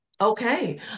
Okay